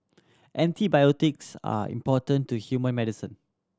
antibiotics are important to human medicine